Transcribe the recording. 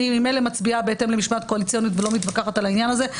אני ממילא מצביעה בהתאם למשמעת קואליציונית ולא מתווכחת על העניין הזה,